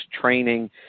training